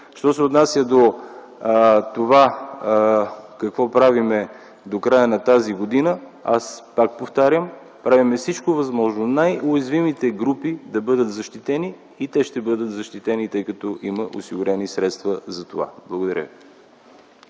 Що се отнася до това какво правим до края на тази година – аз пак повтарям, че правим всичко възможно най-уязвимите групи да бъдат защитени и те ще бъдат защитени, тъй като има осигурени средства за това! Благодаря ви.